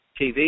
TV